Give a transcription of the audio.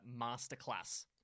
Masterclass